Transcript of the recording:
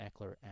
Eckler